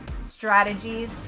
strategies